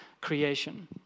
creation